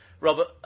Robert